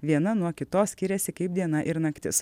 viena nuo kitos skiriasi kaip diena ir naktis